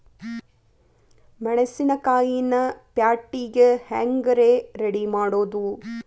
ಮೆಣಸಿನಕಾಯಿನ ಪ್ಯಾಟಿಗೆ ಹ್ಯಾಂಗ್ ರೇ ರೆಡಿಮಾಡೋದು?